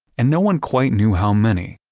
and no one quite knew how many,